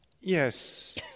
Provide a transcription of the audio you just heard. Yes